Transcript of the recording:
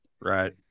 Right